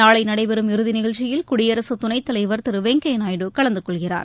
நாளை நடைபெறும் இறுதி நிகழ்ச்சியில் குடியரசுத் துணை தலைவர் திரு வெங்கய்ய நாயுடு கலந்தகொள்கிறார்